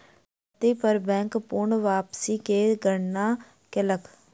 संपत्ति पर बैंक पूर्ण वापसी के गणना कयलक